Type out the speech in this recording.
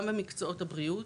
גם במקצועות הבריאות,